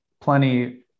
plenty